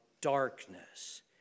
darkness